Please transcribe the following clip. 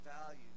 value